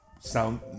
sound